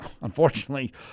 unfortunately